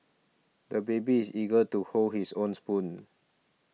the baby is eager to hold his own spoon